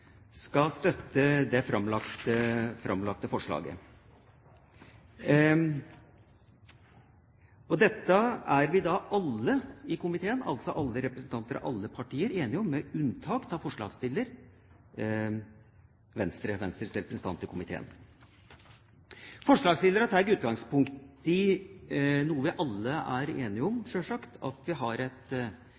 skal støtte det framlagte forslaget. Dette er alle representanter og alle partier i komiteen enige om, med unntak av Venstres representant i komiteen. Forslagsstillerne tar utgangspunkt i noe vi alle selvsagt er enige om: at vi har et